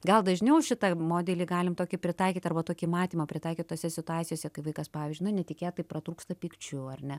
gal dažniau šitą modelį galim tokį pritaikyt arba tokį matymą pritaikyt tose situacijose kai vaikas pavyzdžiui nu netikėtai pratrūksta pykčiu ar ne